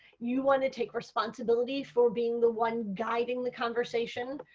you want to take responsibility for being the one guiding the conversation.